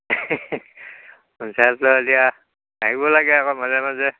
পঞ্চায়তলৈ এতিয়া আহিব লাগে আকৌ মাজে মাজে